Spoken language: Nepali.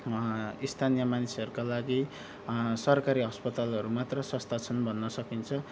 स्थानीय मानिसहरूका लागि सरकारी अस्पतालहरू मात्र सस्ता छन् भन्न सकिन्छ